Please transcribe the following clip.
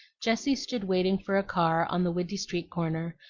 jessie stood waiting for a car on the windy street-corner,